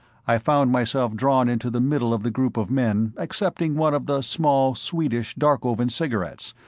i found myself drawn into the middle of the group of men, accepting one of the small sweetish darkovan cigarettes,